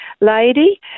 lady